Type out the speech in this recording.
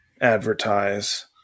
advertise